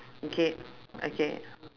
okay okay